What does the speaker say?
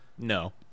No